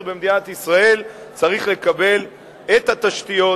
במדינת ישראל צריך לקבל את התשתיות,